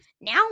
Now